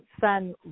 sun